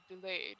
delayed